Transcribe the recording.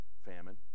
famine